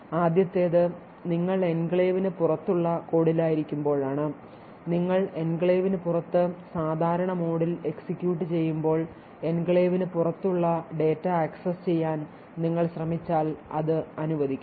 ആദ്യത്തേത് നിങ്ങൾ എൻക്ലേവിന് പുറത്തുള്ള കോഡിലായിരിക്കുമ്പോഴാണ് നിങ്ങൾ എൻക്ലേവിന് പുറത്ത് സാധാരണ മോഡിൽ എക്സിക്യൂട്ട് ചെയ്യുമ്പോൾ എൻക്ലേവിന് പുറത്തുള്ള ഡാറ്റ ആക്സസ് ചെയ്യാൻ നിങ്ങൾ ശ്രമിച്ചാൽ ഇത് അനുവദിക്കണം